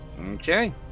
Okay